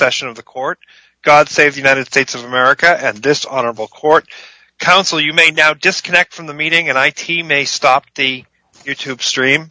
session of the court god save the united states of america and this honorable court counsel you may now disconnect from the meeting and i t may stop the youtube stream